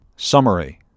Summary